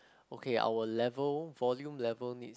okay our level volume level needs